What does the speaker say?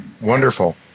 Wonderful